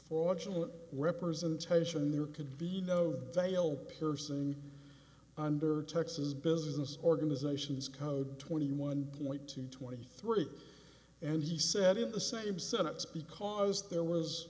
fortunate representation there could be no dale pearson under texas business organizations code twenty one point two twenty three and he said in the same sentence because there was